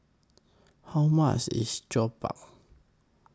How much IS Jokbal